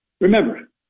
Remember